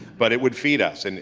but it would feed us. and